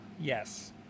Yes